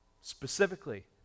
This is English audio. specifically